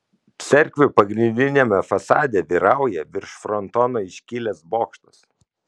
cerkvių pagrindiniame fasade vyrauja virš frontono iškilęs bokštas